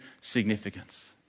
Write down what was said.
significance